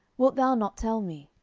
wilt thou not tell me?